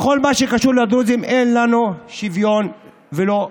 בכל מה שקשור לדרוזים אין לנו שוויון ולא פיתוח.